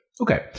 Okay